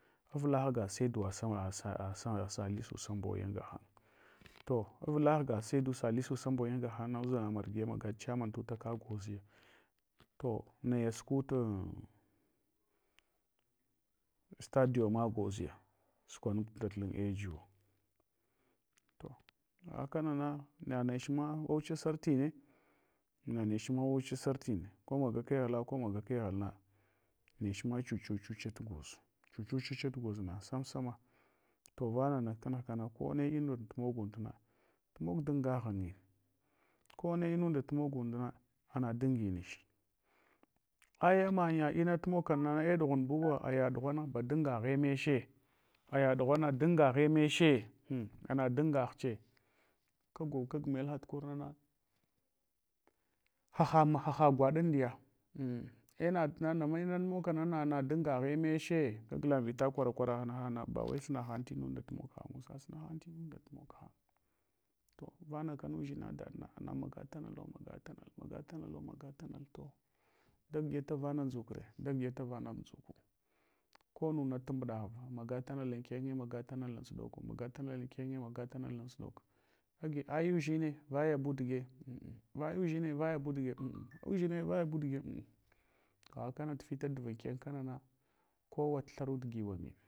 Avla ghga saduwa sambo yin gahan, to avla ghga saidu sahisu samboyin gahan na udʒanga marghi ya maga chairman tutaka awozi. To naya sukut stadun ma gwaoziya, sukwa napta lan ngo to aghakanana, nech ma wawucha sarhine, nanechma wa wucha sentna ko maga keghla ko maga keghlana nechma chuchuchuta gwaol. Chuchuchut gwol na samsama to vanana tumughkana kone inunda humog undna tumog danga ghanyine, kone munda tumog undna ana dangine nech. Aya manya inatu mogkana, ei ɗughambuwa aya dugha na ba dangaghe meche, aya ɗughana darya ghe meche, ana dan ngache kag melhatu kernana, haha gwaɗam diya i inana mogkna madangaghe meche kagla vita kwara kwarahanna bawai suna han tinunda tumoghanu sasunahan tumunda tumog ham. To vama kana uʒina daɗna na maga tanato magatanal, magatalo magatanal, to da giɗyafa vana adʒukre da guɗyatab vanab ndʒuku ko muna tunbɗava magatanal amkenye maga tanal ansuɗoko, magatanal ankenye magatanal ansuɗok. Agi oyu dʒine vayabu dige, vayu dʒine vaya bu dige, aya umdʒine vayabu dige aghakana tufita ɗva anken kana kawo nuthru giwan’nyine.